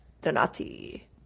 Donati